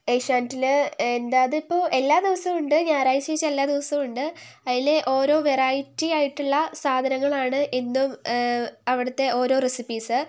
ഏഷ്യാനെറ്റിൽ എന്താ അതിപ്പോൾ എല്ലാ ദിവസവുമുണ്ട് ഞായറാഴ്ച ഒഴിച്ച് എല്ലാ ദിവസൂം ഉണ്ട് അതിൽ ഓരോ വെറൈറ്റി ആയിട്ടുള്ള സാധനങ്ങളാണ് എന്നും അവിടുത്തെ ഓരോ റെസിപ്പീസ്